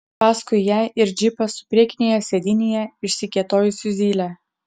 paskui ją ir džipas su priekinėje sėdynėje išsikėtojusiu zyle